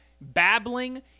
babbling